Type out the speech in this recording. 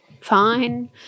fine